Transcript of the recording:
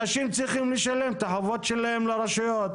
אנשים צריכים לשלם את החובות שלהם לרשויות,